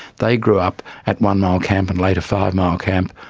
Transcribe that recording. they grew up at one-mile camp and later five-mile camp,